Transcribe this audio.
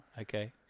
Okay